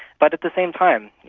but at the same time,